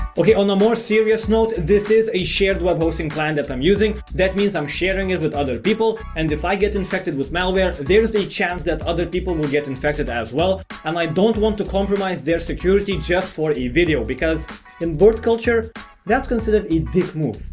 ok on a more serious note this is a shared web hosting plan that i'm using that means i'm sharing it with other people and if i get infected with malware there is a chance that other people will get infected as well. and i don't want to compromise their security just for a video because in bird culture that's considered a dick move.